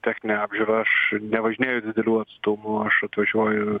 techninę apžiūrą aš nevažinėju didelių atstumų aš atvažiuoju